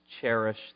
cherish